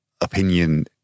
opinion